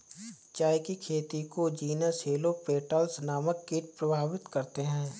चाय की खेती को जीनस हेलो पेटल्स नामक कीट प्रभावित करते हैं